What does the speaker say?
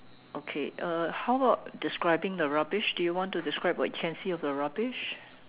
okay uh how about describing the rubbish do you want to describe what you can see about the rubbish